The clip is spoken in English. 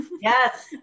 yes